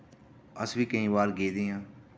अस बी केईं बार गेदे आं